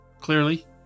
clearly